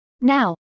Now